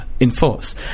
enforce